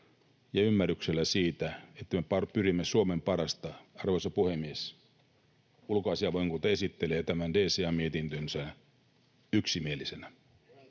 ja ymmärryksellä siitä, että me pyrimme Suomen parhaaseen. Arvoisa puhemies, ulkoasiainvaliokunta esittelee tämän DCA-mietintönsä yksimielisenä.